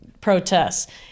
protests